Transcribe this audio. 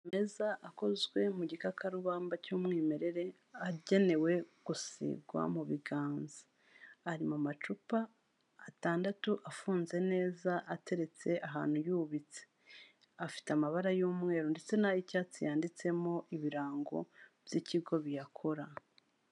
Amavuta meza akozwe mu gikakarubamba cy'umwimerere agenewe gusigwa mu biganza . Ari mu macupa atandatu afunze neza ateretse ahantu yubitse. Afite amabara y'umweru ndetse n'ay'icyatsi yanditsemo ibirango by'ikigo biyakora.